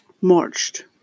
marched